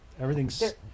everything's